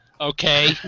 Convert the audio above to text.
okay